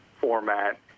format